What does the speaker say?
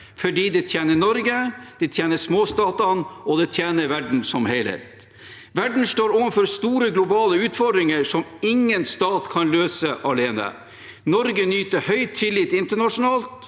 Det tjener Norge, det tjener småstatene, og det tjener verden som helhet. Verden står overfor store globale utfordringer som ingen stat kan løse alene. Norge nyter høy tillit internasjonalt,